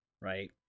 right